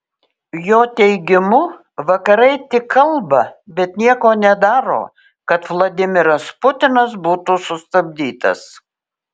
jo teigimu vakarai tik kalba bet nieko nedaro kad vladimiras putinas būtų sustabdytas